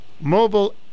Mobile